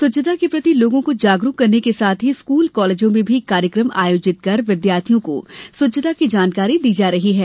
स्वच्छता के प्रति लोगों को जागरूक करने के साथ ही स्कूल कॉलेजों में भी कार्यक्रम आयोजित कर विद्यार्थियों को स्वच्छता की जानकारी दी जा रही है